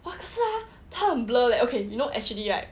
!wah! 可是啊他很 blur leh okay you know actually right